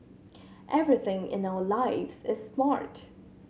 everything in our lives is smart